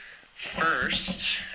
First